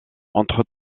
entre